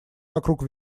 вокруг